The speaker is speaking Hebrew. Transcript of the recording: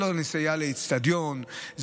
זה לא נסיעה לאצטדיון,